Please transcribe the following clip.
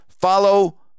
Follow